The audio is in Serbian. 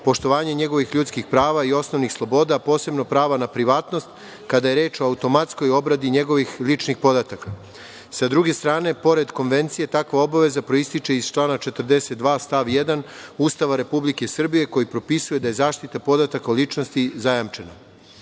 poštovanje njegovih ljudskih prava i osnovnih sloboda, posebno prava na privatnost, kada je reč o automatskoj obradi njegovih ličnih podataka. Sa druge strane, pored Konvencije takva obaveza proističe iz člana 42. stav 1. Ustava Republike Srbije koji propisuje da je zaštita podataka o ličnosti zajamčena.